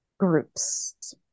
Groups